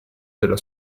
della